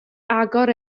agor